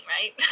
right